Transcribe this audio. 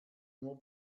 nur